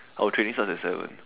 out training starts at seven